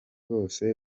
bose